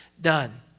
done